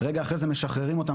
רגע אחרי זה משחררים אותם.